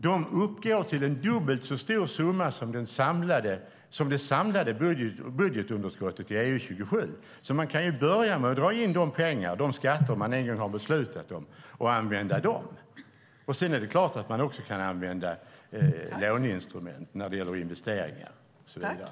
De uppgår till en dubbelt så stor summa som det samlade budgetunderskottet i EU-27. Man kan ju börja med att dra in de skatter man en gång har beslutat om och använda dem. Man kan också använda låneinstrument när det gäller investeringar och så vidare.